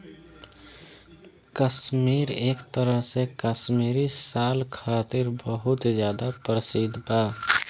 काश्मीर एक तरह से काश्मीरी साल खातिर बहुत ज्यादा प्रसिद्ध बा